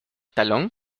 talón